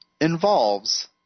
involves